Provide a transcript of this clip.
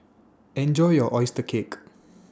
Enjoy your Oyster Cake